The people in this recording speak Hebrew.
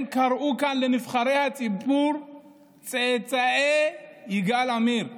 הם קראו כאן לנבחרי הציבור "צאצאי יגאל עמיר".